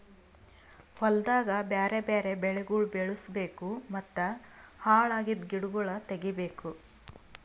ಹೊಲ್ದಾಗ್ ಬ್ಯಾರೆ ಬ್ಯಾರೆ ಬೆಳಿಗೊಳ್ ಬೆಳುಸ್ ಬೇಕೂ ಮತ್ತ ಹಾಳ್ ಅಗಿದ್ ಗಿಡಗೊಳ್ ತೆಗಿಬೇಕು